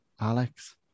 Alex